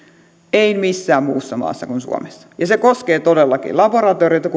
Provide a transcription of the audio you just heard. ei missään muussa maassa kuin suomessa se koskee todellakin niin laboratorioita